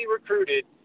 recruited